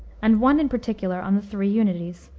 and one in particular on the three unities.